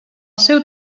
seu